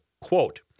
quote